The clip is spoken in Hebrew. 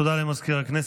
תודה למזכיר הכנסת.